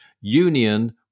union